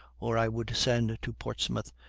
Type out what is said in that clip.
or i would send to portsmouth,